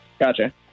Gotcha